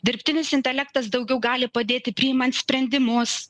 dirbtinis intelektas daugiau gali padėti priimant sprendimus